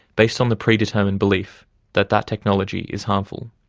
based on the pre-determined belief that that technology is harmful.